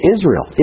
Israel